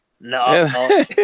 No